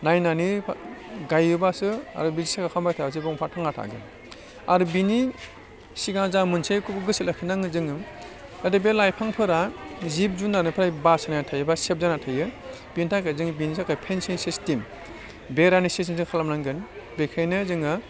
नायनानै गायोबासो आरो बे सिगां खालामबाय थाबासो दंफाङा थांना थागोन आरो बेनि सिगां जा मोनसेखौबो गोसोआव लाखिनांगोन जोङो जाहाथे बे लाइफांफोरा जिब जुनारनिफ्राय बासायनानै थायो बा सेफ जाना थायो बेनि थाखाय जों बेनि थाखाय फेन्सिं सिस्टेम बेरानि सिस्टेम जों खालामनांगोन बेखायनो जोङो